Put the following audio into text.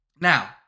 Now